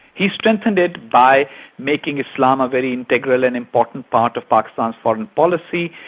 he strengthened it by making islam a very integral and important part of pakistan's foreign policy,